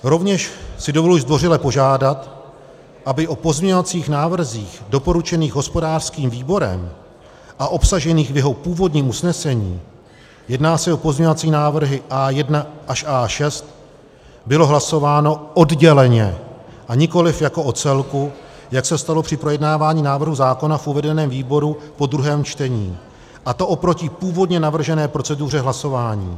Rovněž si dovoluji zdvořile požádat, aby o pozměňovacích návrzích doporučených hospodářským výborem a obsažených v jeho původním usnesení jedná se o pozměňovací návrhy A1 až A6 bylo hlasováno odděleně, a nikoliv jako o celku, jak se stalo při projednávání návrhu zákona v uvedeném výboru po druhém čtení, a to oproti původně navržené proceduře hlasování.